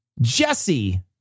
Jesse